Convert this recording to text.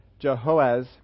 Jehoaz